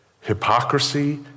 Hypocrisy